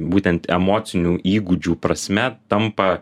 būtent emocinių įgūdžių prasme tampa